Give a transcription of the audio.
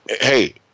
hey